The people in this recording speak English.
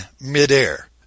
midair